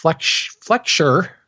flexure